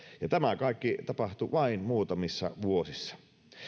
ja tämä kaikki tapahtui vain muutamissa vuosissa